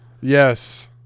Yes